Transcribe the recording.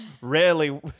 Rarely